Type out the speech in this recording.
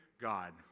God